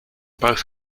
both